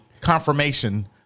confirmation